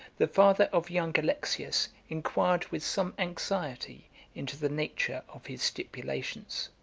the father of young alexius inquired with some anxiety into the nature of his stipulations.